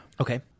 Okay